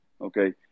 Okay